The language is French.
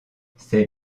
ces